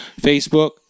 Facebook